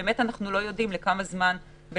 ואנחנו לא יודעים כמה זמן הנוגדנים של